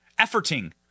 efforting